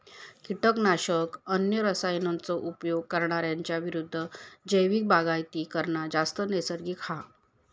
किटकनाशक, अन्य रसायनांचो उपयोग करणार्यांच्या विरुद्ध जैविक बागायती करना जास्त नैसर्गिक हा